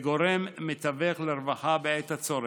וגורם מתווך לרווחה בעת הצורך.